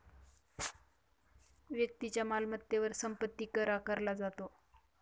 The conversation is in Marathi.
व्यक्तीच्या मालमत्तेवर संपत्ती कर आकारला जातो